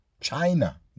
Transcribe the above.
China